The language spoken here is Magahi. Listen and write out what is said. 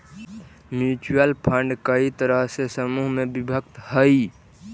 म्यूच्यूअल फंड कई तरह के समूह में विभक्त हई